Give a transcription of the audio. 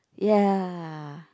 ya